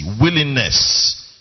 willingness